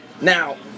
Now